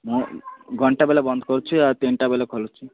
ମୁଁ ଘଣ୍ଟେ ବେଲେ ବନ୍ଦ କରୁଛି ଆଉ ତିନଟା ବେଲେ ଖୋଲୁଛି